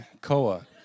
Koa